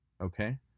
okay